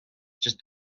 just